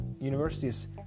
universities